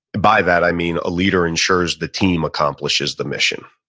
by that i mean a leader ensures the team accomplishes the mission.